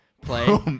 play